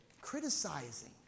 Criticizing